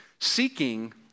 seeking